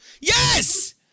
Yes